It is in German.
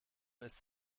ist